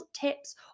tips